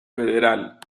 federal